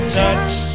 touch